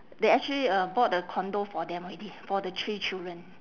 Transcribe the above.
they actually uh bought a condo for them already for the three children